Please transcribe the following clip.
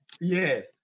Yes